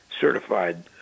certified